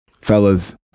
fellas